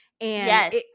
Yes